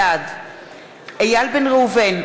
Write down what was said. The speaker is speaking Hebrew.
בעד איל בן ראובן,